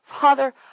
Father